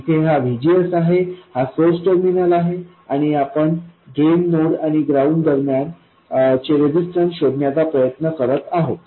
इथे हा VGS आहे हा सोर्स टर्मिनल आहे आणि आपण ड्रेन नोड आणि ग्राउंड दरम्यान चे रेजिस्टन्स शोधण्याचा प्रयत्न करीत आहोत